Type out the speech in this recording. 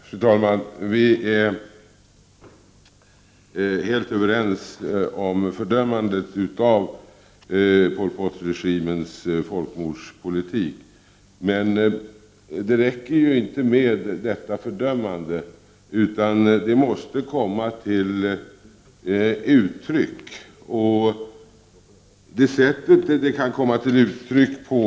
Fru talman! Vi är helt överens om fördömandet av Pol Pot-regimens folkmordspolitik. Men det räcker ju inte med detta fördömande, utan det måste också komma till uttryck.